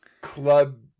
club